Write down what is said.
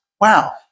Wow